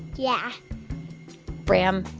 yeah bram,